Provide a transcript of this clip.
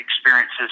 experiences